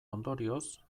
ondorioz